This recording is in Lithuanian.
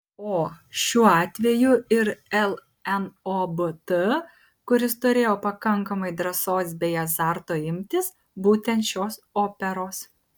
o šiuo atveju ir lnobt kuris turėjo pakankamai drąsos bei azarto imtis būtent šios operos